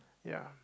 ya